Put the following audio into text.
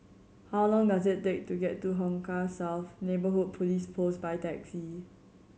how long does it take to get to Hong Kah South Neighbourhood Police Post by taxi